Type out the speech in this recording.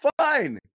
fine